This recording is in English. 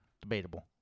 Debatable